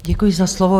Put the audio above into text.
Děkuji za slovo.